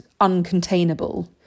uncontainable